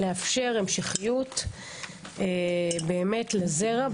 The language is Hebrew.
לאפשר המשכיות באמת לזרע,